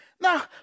now